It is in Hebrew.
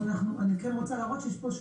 אבל אני כן רוצה להראות שיש פה איזה שהוא